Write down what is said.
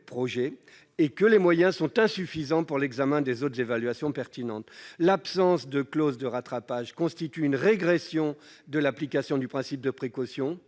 et que les moyens sont insuffisants pour l'examen des autres évaluations pertinentes. L'absence de clause de rattrapage constitue une régression dans l'application du principe de prévention